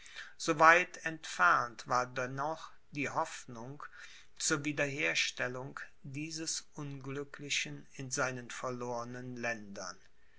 so weit entfernt war dennoch die hoffnung zur wiederherstellung dieses unglücklichen in seinen verlornen